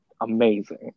amazing